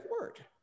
word